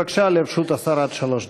בבקשה, לרשות השר עד שלוש דקות.